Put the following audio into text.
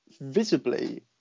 visibly